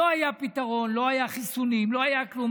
לא היה פתרון, לא היו חיסונים, לא היה כלום.